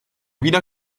wiener